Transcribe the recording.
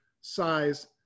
size